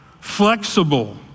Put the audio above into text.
flexible